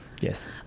Yes